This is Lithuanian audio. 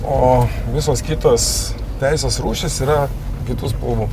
o visos kitos teisės rūšys yra kitų spalvų